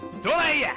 do away